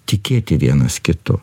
tikėti vienas kitu